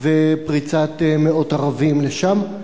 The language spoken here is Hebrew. ופריצת מאות ערבים לשם,